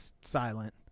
silent